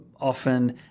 often